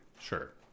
Sure